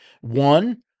One